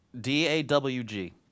d-a-w-g